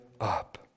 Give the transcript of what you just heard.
up